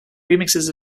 remixes